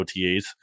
otas